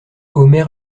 omer